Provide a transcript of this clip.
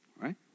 Right